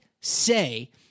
say